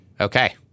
Okay